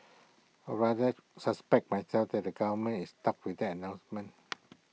or rather suspect myself that the government is stuck with that announcement